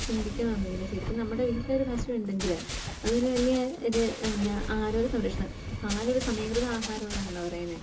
ചിന്തിക്കുന്നൊന്നുമില്ല ശരിക്കും നമ്മുടെ വീട്ടിലൊരു പശുവുണ്ടെങ്കിൽ അതൊരു വലിയ ഒരു പിന്നെ ആരോഗ്യ സംരക്ഷണം പാലൊരു സമീകൃത ആഹാരമെന്നാണല്ലോ പറയുന്നത്